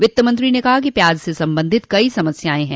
वित्तमंत्री ने कहा कि प्याज से संबंधित कई समस्याएं हैं